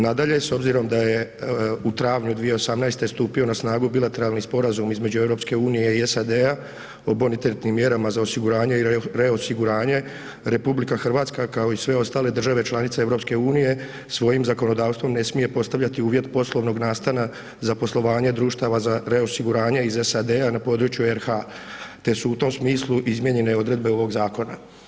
Nadalje, s obzirom da je u travnju 2018. stupio na snagu Bilateralni sporazum između EU-e i SAD-a o bonitetnim mjerama za osiguranje i reosiguranje, RH kao i sve ostale države članice EU svojim zakonodavstvom ne smije postavljati uvjet poslovnog nastana za poslovanje društava za reosiguranje iz SAD-a na području RH te su u tom smislu izmijenjene odredbe ovog zakona.